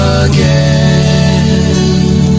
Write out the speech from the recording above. again